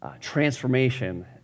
transformation